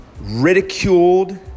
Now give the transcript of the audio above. ridiculed